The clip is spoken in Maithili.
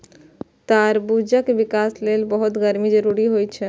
तरबूजक विकास लेल बहुत गर्मी जरूरी होइ छै